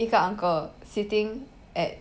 一个 uncle sitting at